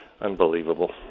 Unbelievable